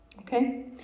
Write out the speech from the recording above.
okay